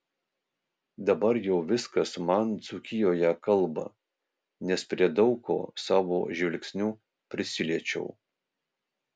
dabar jau viskas man dzūkijoje kalba nes prie daug ko savo žvilgsniu prisiliečiau